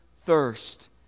thirst